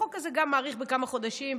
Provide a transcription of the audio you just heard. החוק הזה גם מאריך בכמה חודשים,